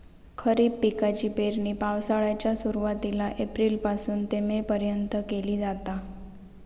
खरीप पिकाची पेरणी पावसाळ्याच्या सुरुवातीला एप्रिल पासून ते मे पर्यंत केली जाता